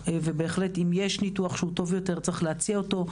ובהחלט אם יש ניתוח שהוא טוב יותר צריך להציע אותו.